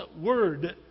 word